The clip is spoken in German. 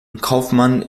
kaufmann